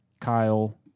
Kyle